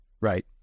Right